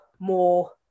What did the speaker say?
more